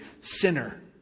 sinner